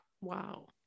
Wow